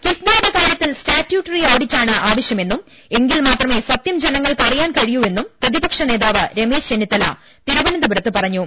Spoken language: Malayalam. കിഫ്ബിയുടെ കാര്യത്തിൽ സ്റ്റാറ്റ്യൂട്ടറി ഓഡിറ്റാണ് ആവശ്യ മെന്നും എങ്കിൽ മാത്രമെ സത്യം ജനങ്ങൾക്ക് അറിയാൻ കഴിയൂ വെന്ന് പ്രതിപക്ഷനേതാവ് രമേശ് ചെന്നിത്തല തിരുവനന്തപുരത്ത് പറഞ്ഞു